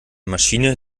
maschine